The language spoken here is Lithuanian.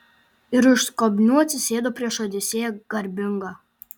ir už skobnių atsisėdo prieš odisėją garbingą